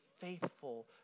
faithful